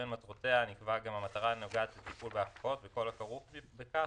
בין מטרותיה נקבעה גם המטרה הנוגעת לטיפול בהפקעות וכל הכרוך בכך,